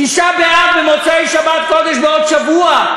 תשעה באב במוצאי שבת קודש בעוד שבוע,